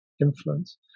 influence